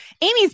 Amy's